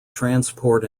transport